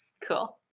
Cool